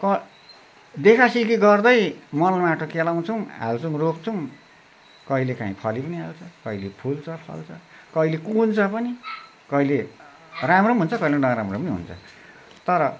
कहाँ देखासिखी गर्दै मलमाटो केलाउँछौँ हाल्छौँ रोप्छौँ कहिलेकाहीँ फली पनि हाल्छ कहिले फुल्छ फल्छ कहिले कुहुन्छ पनि कहिले राम्रो पनि हुन्छ कहिले नराम्रो पनि हुन्छ तर